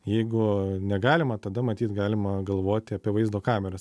jeigu negalima tada matyt galima galvoti apie vaizdo kameras